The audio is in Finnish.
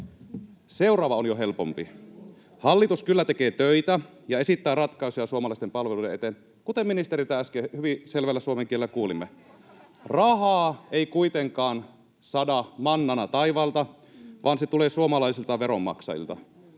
Seuraava on jo helpompi. Hallitus kyllä tekee töitä ja esittää ratkaisuja suomalaisten palveluiden eteen, kuten ministeriltä äsken hyvin selvällä suomen kielellä kuulimme. Rahaa ei kuitenkaan sada mannana taivaalta, vaan se tulee suomalaisilta veronmaksajilta.